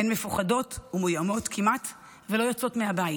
הן מפוחדות ומאוימות, כמעט לא יוצאות מהבית.